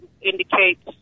indicates